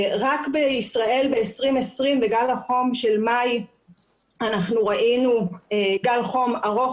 רק בישראל ב-2020 בגל החום של מאי אנחנו ראינו גל חום ארוך